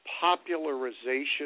popularization